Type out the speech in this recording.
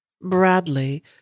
Bradley